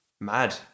Mad